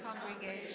congregation